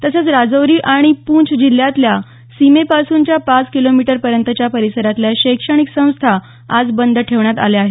तसंच राजौरी आणि पुंछ जिल्ह्यातल्या सीमेपासूनच्या पाच किलोमीटरपर्यंतच्या परिसरातल्या शैक्षणिक संस्था आज बंद ठेवण्यात आल्या आहेत